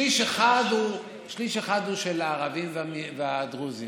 שליש אחד הוא של הערבים והדרוזים.